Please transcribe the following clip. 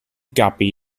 guppy